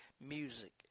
Music